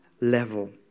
level